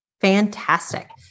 Fantastic